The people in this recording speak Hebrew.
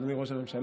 אדוני ראש הממשלה